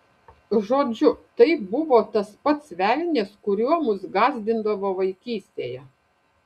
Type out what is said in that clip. žodžiu tai buvo tas pats velnias kuriuo mus gąsdindavo vaikystėje